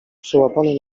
przyłapany